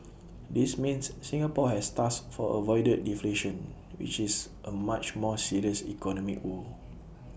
this means Singapore has thus far avoided deflation which is A much more serious economic woe